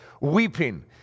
weeping